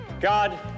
God